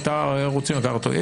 רוצים לקחת אותו,